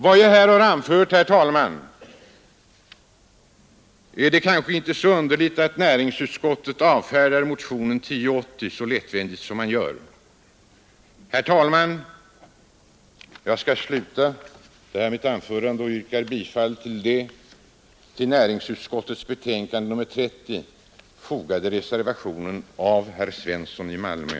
Mot bakgrunden av vad jag här har anfört är det kanske inte så underligt att näringsutskottet avfärdar motionen 1080 så lättvindigt som man gör. Herr talman! Jag skall nu avsluta mitt anförande och yrkar bifall till den vid näringsutskottets betänkande nr 30 fogade reservationen av herr Svensson i Malmö.